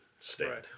state